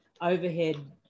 overhead